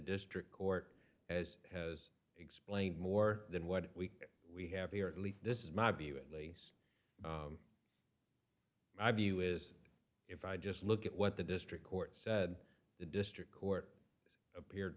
district court as has explained more than what we we have a or at least this is my view at least my view is if i just look at what the district court said the district court appeared